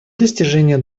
достижения